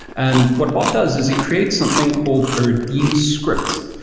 and what bob does is he creates something called a redeem script.